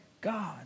God